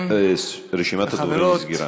רשימת הדוברים נסגרה.